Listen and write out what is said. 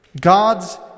God's